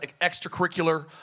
extracurricular